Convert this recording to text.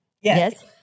Yes